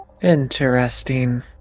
Interesting